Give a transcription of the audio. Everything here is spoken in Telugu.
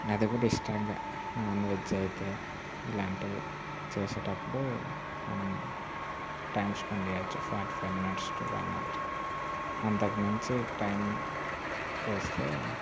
అది కూడా ఇష్టంగా నాన్వెజ్ అయితే ఇలాంటివి చేసేటప్పుడు మనం టైం స్పెండ్ చేయొచ్చు five minutes to one hour అంతకు మించి టైం చేస్తే